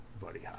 Buddy